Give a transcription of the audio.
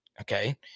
Okay